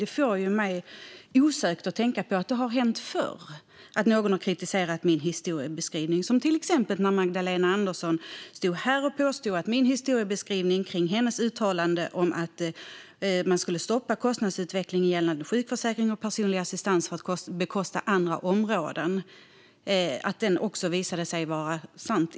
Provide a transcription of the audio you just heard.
Det får mig osökt att tänka på att det har hänt förr att någon har kritiserat min historiebeskrivning, till exempel när Magdalena Andersson stod här och påstod att min historiebeskrivning kring hennes uttalande om att man skulle stoppa kostnadsutvecklingen gällande sjukförsäkring och personlig assistans för att bekosta andra områden inte stämde. I slutänden visade den sig vara sann.